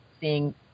seeing